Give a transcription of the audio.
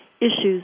issues